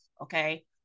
Okay